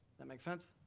that make sense?